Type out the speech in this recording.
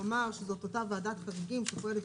הוא אמר שזאת אותה ועדת חריגים שפועלת